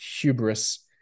hubris